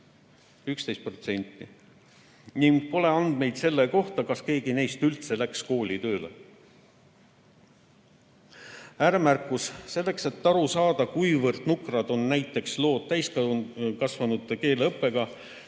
11%, ning pole andmeid selle kohta, kas keegi neist üldse läks kooli tööle. Ääremärkus. Selleks, et aru saada, kuivõrd nukrad on lood näiteks täiskasvanute keeleõppega,